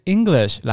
English